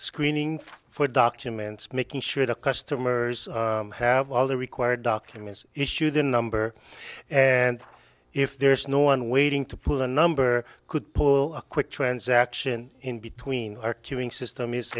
screening for documents making sure the customers have all the required documents issued a number and if there is no one waiting to pull the number could pull a quick transaction in between our queuing system is